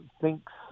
thinks